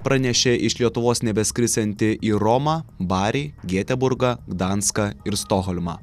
pranešė iš lietuvos nebeskrisianti į romą barį geteborgą gdanską ir stokholmą